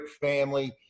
family